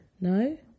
No